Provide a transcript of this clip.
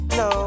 no